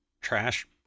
trash